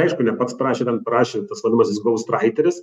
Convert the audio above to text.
aišku ne pats parašė ten parašė tas vadinamasis gaustraiteris